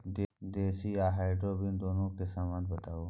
देसी आ हाइब्रिड दुनू के संबंध मे बताऊ?